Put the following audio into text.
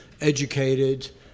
educated